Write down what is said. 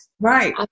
Right